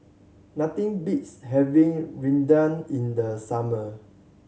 nothing beats having Rendang in the summer